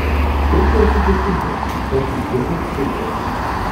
tai buvo sudėtinga aš juk dirbau cirke